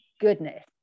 goodness